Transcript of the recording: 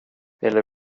ville